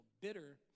bitter